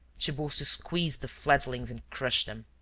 tiburcio squeezed the fledglings and crushed them.